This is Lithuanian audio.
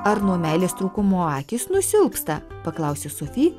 ar nuo meilės trūkumo akys nusilpsta paklausė sofi